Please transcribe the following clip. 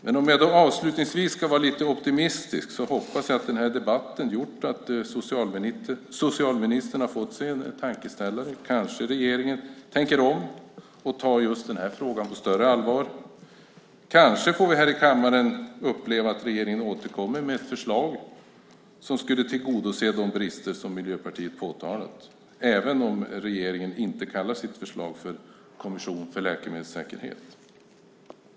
För att avslutningsvis vara lite optimistisk hoppas jag att den här debatten har gjort att socialministern har fått sig en tankeställare, och att regeringen kanske tänker om och tar den här frågan på större allvar. Kanske får vi här i kammaren uppleva att regeringen återkommer med ett förslag som skulle åtgärda de brister som Miljöpartiet har påtalat, även om regeringen inte kallar sitt förslag för kommission för läkemedelssäkerhet.